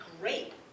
great